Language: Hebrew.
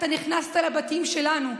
אתה נכנסת לבתים שלנו,